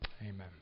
Amen